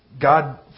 God